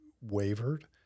wavered